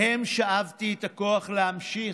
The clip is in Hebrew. מהם שאבתי את הכוח להמשיך